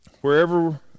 wherever